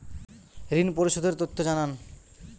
ঋন পরিশোধ এর তথ্য জানান